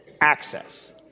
access